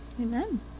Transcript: amen